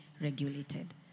regulated